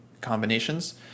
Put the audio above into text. combinations